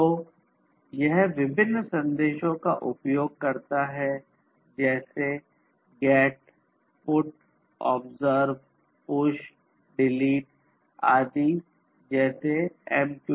तो यह विभिन्न संदेशों का उपयोग करता है जैसे GET PUT OBSERVE PUSH DELETE आदि जैसे MQTT